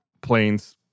planes